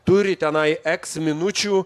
turi tenai eks minučių